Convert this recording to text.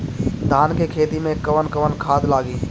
धान के खेती में कवन कवन खाद लागी?